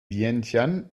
vientiane